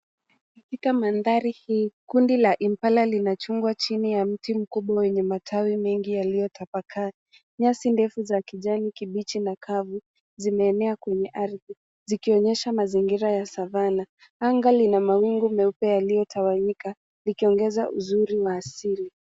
Katika mandhari hii kundi la impala linachungwa chini ya mti mkubwa wenye matawi mengi yaliyotapakaa. Nyasi ndefu za kijani kibichi na kavu zimeenea kwenye ardhi zikionyesha mazingira ya savannah .Anga lina mawingu meupe yaliyotawanyika ikiongeza uzuri wa asili.